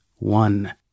One